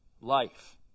life